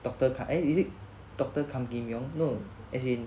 doctor ga~ is it doctor gan kim yong no as in